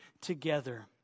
together